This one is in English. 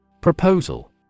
Proposal